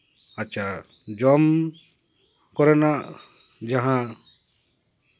ᱟᱪᱪᱷᱟ ᱡᱚᱢ ᱠᱚᱨᱮᱱᱟᱜ ᱡᱟᱦᱟᱸ